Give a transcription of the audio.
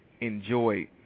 enjoy